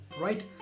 right